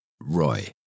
Roy